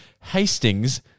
Hastings